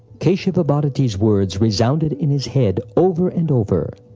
keshava bharati's words resounded in his head, over and over.